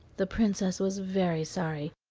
the princess was very sorry,